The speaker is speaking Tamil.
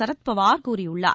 சரத் பவார் கூறியுள்ளார்